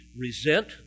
resent